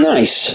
Nice